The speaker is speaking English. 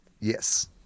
Yes